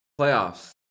playoffs